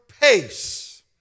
pace